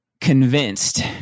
convinced